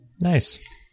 nice